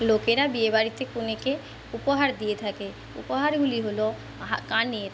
লোকেরা বিয়েবাড়িতে কনেকে উপহার দিয়ে থাকে উপহারগুলি হল হা কানের